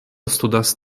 studas